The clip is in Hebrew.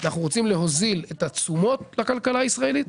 אנחנו רוצים להוזיל את התשומות בכלכלה הישראלית,